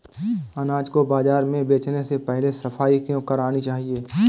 अनाज को बाजार में बेचने से पहले सफाई क्यो करानी चाहिए?